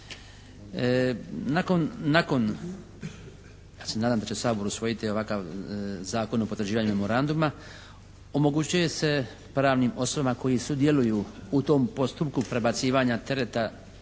Nakon, ja se nadam da će Sabor usvojiti ovakav Zakon o potvrđivanju memoranduma, omogućuje se pravnim osobama koje sudjeluju u tom postupku prebacivanja tereta